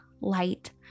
light